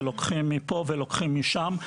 שלוקחים מפה ולוקחים משם,